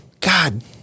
god